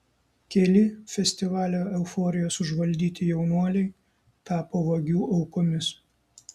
keli festivalio euforijos užvaldyti jaunuoliai tapo vagių aukomis